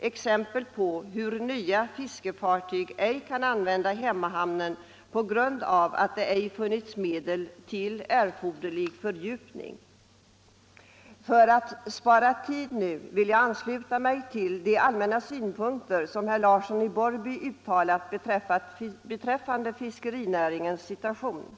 exempel på att nya fiskefartyg inte kan använda hemmahamnen på grund av att det ej funnits medel till erforderlig fördjupning. För att spara tid vill jag instämma i de allmänna synpunkter som herr Larsson i Borrby uttalat beträffande fiskenäringens situation.